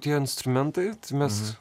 tie instrumentai tai mes